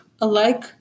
alike